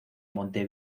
monte